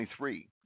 23